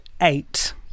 eight